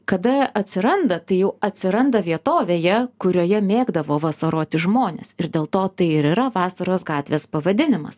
kada atsiranda tai jau atsiranda vietovėje kurioje mėgdavo vasaroti žmonės ir dėl to tai ir yra vasaros gatvės pavadinimas